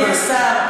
אדוני השר,